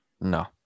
No